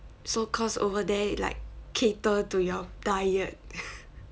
so cause over there like cater to your diet